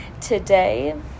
today